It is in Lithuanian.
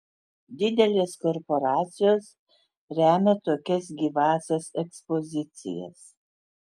didelės korporacijos remia tokias gyvąsias ekspozicijas